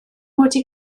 wedi